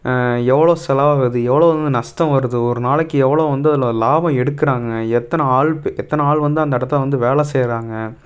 எவ்வளோ செலவாகுது எவ்வளோ வந்து நஷ்டம் வருது ஒரு நாளைக்கு எவ்வளோ வந்து அதில் லாபம் எடுக்கிறாங்க எத்தனை ஆள் பு எத்தனை ஆள் வந்து அந்த இடத்துல வந்து வேலை செய்கிறாங்க